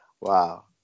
Wow